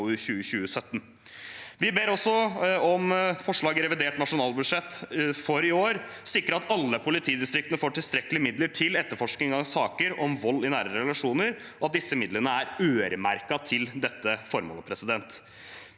Vi ber også om at det i forslag til revidert nasjonalbudsjett for i år sikres at alle politidistriktene får tilstrekkelige midler til etterforskning av saker om vold i nære relasjoner, og at disse midlene er øremerket til dette formålet. Vi